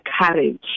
courage